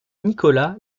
nicolas